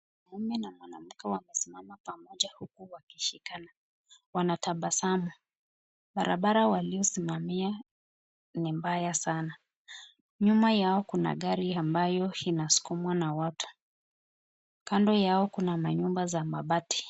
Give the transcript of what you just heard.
Mwanaume na mwanamke wamesimama pamoja huku wakishikana. Wanatabasamu, barabara waliosimamia ni mbaya sana. Nyuma yao kuna gari ambayo inasukumwa na watu. Kando yao kuna manyumba za mabati.